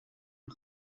een